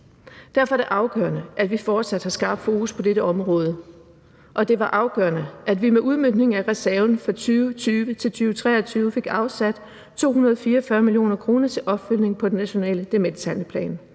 Derfor er det afgørende, at vi fortsat har skarpt fokus på dette område, og det var afgørende, at vi med udmøntningen af reserven for 2020 til 2023 fik afsat 244 mio. kr. til opfølgning på den nationale demenshandleplan,